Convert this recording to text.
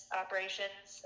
operations